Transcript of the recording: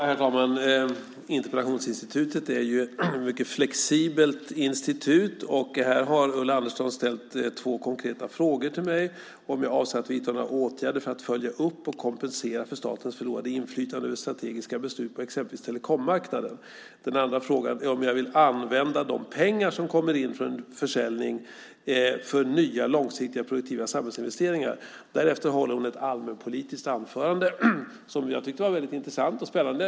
Herr talman! Interpellationsinstitutet är ett mycket flexibelt institut. Här har Ulla Andersson ställt två konkreta frågor till mig. Den ena är om jag avser att vidta några åtgärder för att följa upp och kompensera för statens förlorade inflytande över strategiska beslut på exempelvis telekommarknaden. Den andra frågan är om jag vill använda de pengar som kommer in från en eventuell försäljning för nya långsiktiga och produktiva samhällsinvesteringar. Därefter håller hon ett allmänpolitiskt anförande, som jag tyckte var väldigt intressant och spännande.